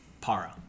Para